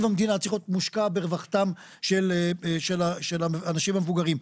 המדינה צריך להיות מושקע ברווחתם של האנשים המבוגרים,